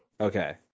Okay